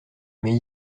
mais